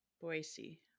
Boise